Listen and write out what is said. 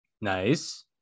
nice